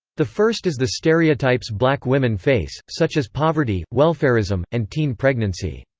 the first is the stereotypes black women face, such as poverty, welfarism, and teen pregnancy.